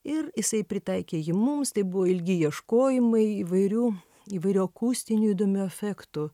ir jisai pritaikė jį mums tai buvo ilgi ieškojimai įvairių įvairių akustinių įdomių efektų